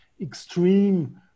extreme